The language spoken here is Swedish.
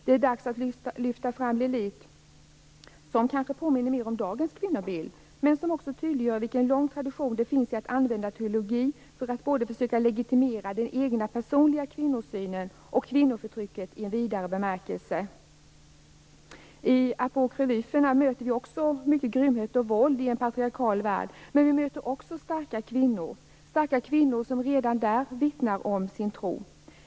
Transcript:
Det är dags att lyfta fram Lilith, som kanske påminner mer om dagens kvinnobild och som också tydliggör vilken lång tradition det finns för att använda teologin till att försöka legitimera både den egna personliga kvinnosynen och kvinnoförtrycket i en vidare bemärkelse. I Apokryferna möter vi också mycket grymhet och våld i en patriarkal värld. Men vi möter också starka kvinnor som redan där vittnade om sin tro.